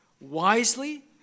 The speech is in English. wisely